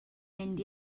mynd